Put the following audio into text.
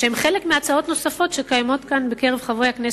שהן חלק מהצעות נוספות שיש לחברי הכנסת,